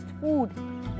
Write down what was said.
food